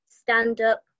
stand-up